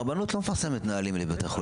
הרבנות לא מפרסמת נהלים לבתי חולים.